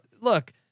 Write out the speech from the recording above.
Look